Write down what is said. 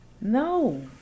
No